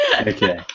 Okay